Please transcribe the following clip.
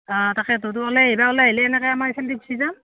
অঁ তাকেতো ওলাই আহিবা ওলাই আহিলে এনেকে আমাৰ এইফালেদি গুচি যাম